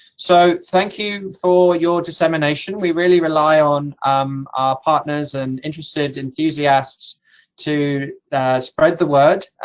so, thank you for your dissemination we really rely on um our partners and interested enthusiasts to spread the word.